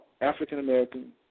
African-American